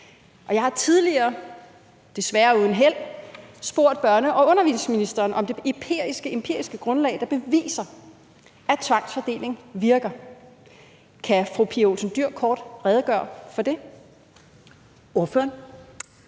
og jeg har tidligere – desværre uden held – spurgt børne- og undervisningsministeren om det empiriske grundlag, der beviser, at tvangsfordeling virker. Kan fru Pia Olsen Dyhr kort redegøre for det? Kl.